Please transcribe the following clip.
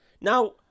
Now